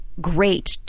great